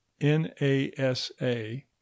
NASA